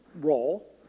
role